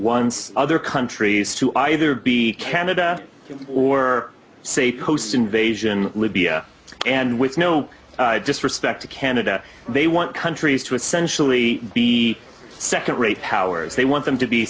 once other countries to either be canada or say post invasion libya and with no disrespect to canada they want countries to essentially be second rate powers they want them to be